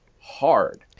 hard